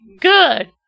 good